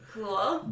Cool